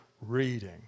reading